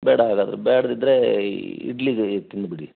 ಬೇಡ ಹಾಗಾದರೆ ಬೇಡ್ದಿದ್ರೆ ಇಡ್ಲಿಗೆ ತಿಂದು ಬಿಡಿ